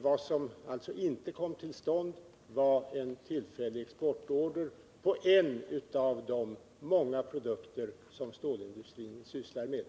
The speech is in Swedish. Vad som inte kom till stånd var en tillfällig exportorder på en av de många produkter som stålindustrin tillverkar.